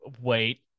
wait